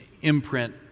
imprint